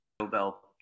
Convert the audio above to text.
Nobel